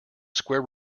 square